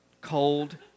cold